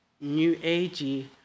new-agey